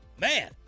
man